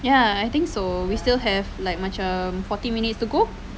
ya I think so we still have like macam forty minutes to go